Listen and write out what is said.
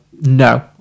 no